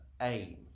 aim